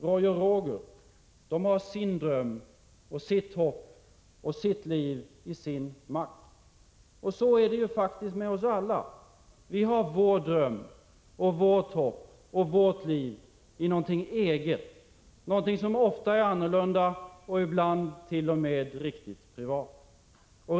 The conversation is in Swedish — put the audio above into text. Roy och Roger har sin dröm, sitt hopp, och sitt liv i sin mack. Så är det faktiskt med oss alla. Vi har vår dröm, vårt hopp och vårt liv i något eget, något som ofta är annorlunda, ibland t.o.m. riktigt privat.